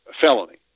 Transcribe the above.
felony